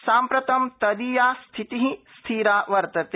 साम्प्रतं तदीया स्थितिः स्थिरा वर्तते